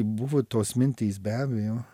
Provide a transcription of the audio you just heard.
buvo tos mintys be abejo